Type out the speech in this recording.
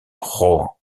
rohan